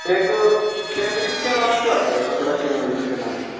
ایک کیمرک کے نام سے آتا ہے کپڑا کیمرک کے نام سے